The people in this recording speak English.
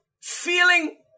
feeling